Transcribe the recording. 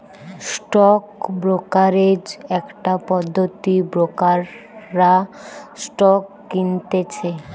stock brokerage একটা পদ্ধতি ব্রোকাররা স্টক কিনতেছে